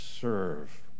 serve